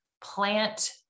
plant